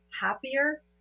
happier